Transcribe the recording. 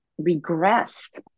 regressed